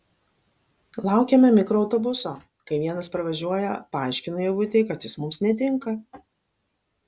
laukiame mikroautobuso kai vienas pravažiuoja paaiškinu ievutei kad jis mums netinka